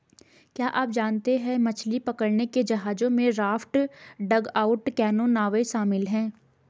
क्या आप जानते है मछली पकड़ने के जहाजों में राफ्ट, डगआउट कैनो, नावें शामिल है?